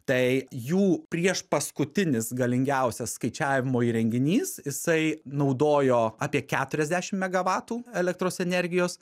tai jų priešpaskutinis galingiausias skaičiavimo įrenginys jisai naudojo apie keturiasdešimt megavatų elektros energijos